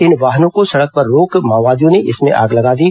इन वाहनों को सड़क पर रोक माओवादियों ने इसमें आग लगा दी